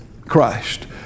Christ